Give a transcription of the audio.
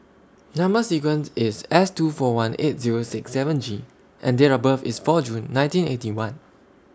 Number sequence IS S two four one eight Zero six seven G and Date of birth IS four June nineteen Eighty One